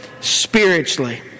spiritually